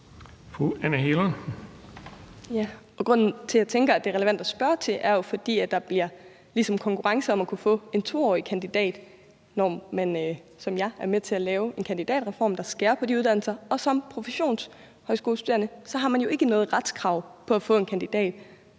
Anne Hegelund (EL): Grunden til, at jeg tænker, det er relevant at spørge til det, er jo, at der ligesom bliver konkurrence om at kunne få en 2-årig kandidat, når man som jer er med til at lave en kandidatreform, der skærer ned på de uddannelser. Og som professionshøjskolestuderende har man jo ikke noget retskrav på at få en kandidat.